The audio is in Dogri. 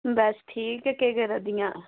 बस ठीक ते केह् करा करदियां